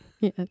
Yes